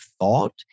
thought